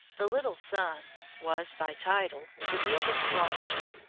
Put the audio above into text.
the little son was, by title, the duke of gloucester.